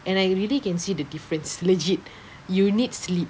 and I really can see the difference legit you need sleep